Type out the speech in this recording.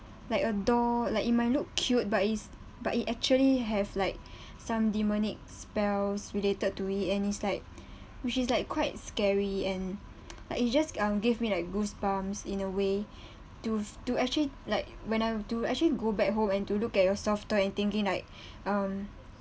like a doll like it might look cute but it's but it actually have like some demonic spells related to it and it's like which is like quite scary and like it just um give me like goosebumps in a way to to actually like when I do actually go back home and to look at your soft toy and thinking like um